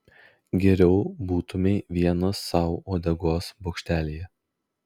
geriau būtumei vienas sau uodegos bokštelyje